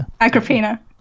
Agrippina